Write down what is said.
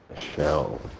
shell